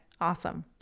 Awesome